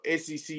SEC